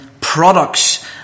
products